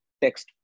text